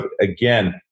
again